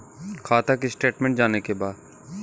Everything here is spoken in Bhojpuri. खाता के स्टेटमेंट जाने के बा?